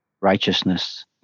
righteousness